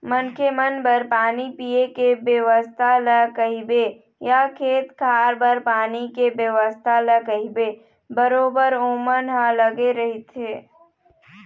मनखे मन बर पानी पीए के बेवस्था ल कहिबे या खेत खार बर पानी के बेवस्था ल कहिबे बरोबर ओमन ह लगे रहिथे